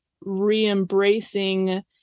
re-embracing